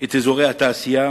את אזורי התעשייה